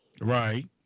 Right